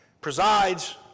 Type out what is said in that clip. presides